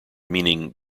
meaning